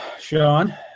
Sean